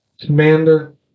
Commander